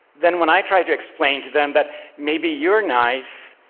then when i try to explain to them that maybe you're nice,